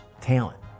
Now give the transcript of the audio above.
talent